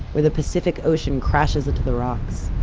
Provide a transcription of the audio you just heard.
where the pacific ocean crashes into the rocks.